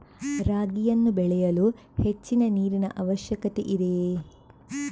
ರಾಗಿಯನ್ನು ಬೆಳೆಯಲು ಹೆಚ್ಚಿನ ನೀರಿನ ಅವಶ್ಯಕತೆ ಇದೆಯೇ?